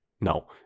no